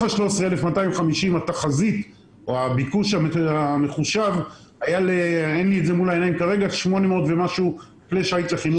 ה-13,250 התחזית או הביקוש המחושב היה ל-800 ומשהו כלי שיט לחינוך ימי.